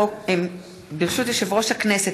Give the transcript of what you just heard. ברשות יושב-ראש הכנסת,